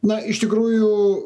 na iš tikrųjų